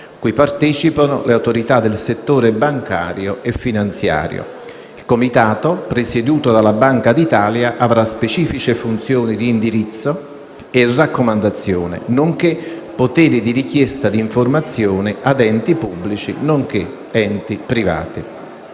cui partecipano le autorità del settore bancario e finanziario. Il comitato, presieduto dalla Banca d'Italia, avrà specifiche funzioni di indirizzo e raccomandazioni nonché poteri di richiesta di informazioni ad enti pubblici nonché enti privati.